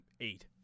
eight